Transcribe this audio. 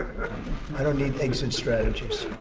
i don't need exit strategies.